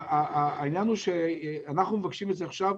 העניין הוא שאנחנו מבקשים את זה עכשיו,